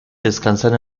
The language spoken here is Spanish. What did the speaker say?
descansan